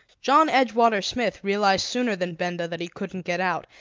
john edgewater smith realized sooner than benda that he couldn't get out,